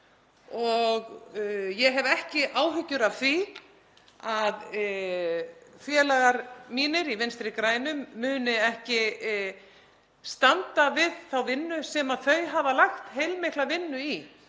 Ég hef ekki áhyggjur af því að félagar mínir í Vinstri grænum muni ekki standa við þá vinnu sem þeir hafa lagt heilmikla vinnu í,